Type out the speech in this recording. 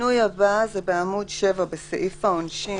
השינוי הבא הוא בעמוד 7 בסעיף העונשין.